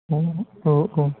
औ औ